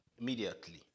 immediately